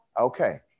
Okay